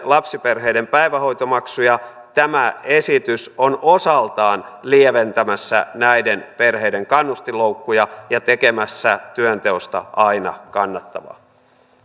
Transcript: lapsiperheiden päivähoitomaksuja tämä esitys on osaltaan lieventämässä näiden perheiden kannustinloukkuja ja tekemässä työnteosta aina kannattavaa